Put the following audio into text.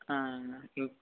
ఇం